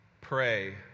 Pray